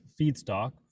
feedstock